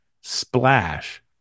Splash